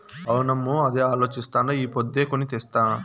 అవునమ్మో, అదేనేమో అలోచిస్తాండా ఈ పొద్దే కొని తెస్తా